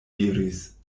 diris